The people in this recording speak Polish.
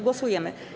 Głosujemy.